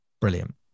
Brilliant